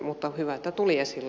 mutta hyvä että tuli esille